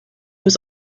was